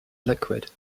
liquid